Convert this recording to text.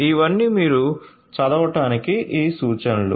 ఇవన్నీ మీరు చదవటానికి ఈ సూచనలు